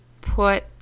put